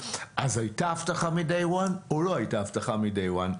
אז הייתה אבטחה מ-day 1 או לא הייתה אבטחה מ-day 1?